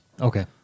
Okay